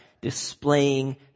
Displaying